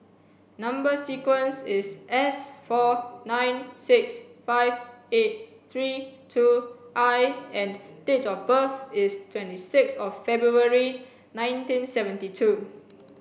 number sequence is S four nine six five eight three two I and date of birth is twenty sixth of February nineteen seventy two